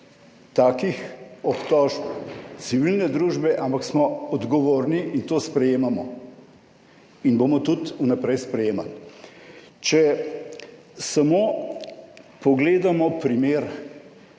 takih obtožb civilne družbe, ampak smo odgovorni in to sprejemamo in bomo tudi vnaprej sprejemali. Če samo pogledamo primer,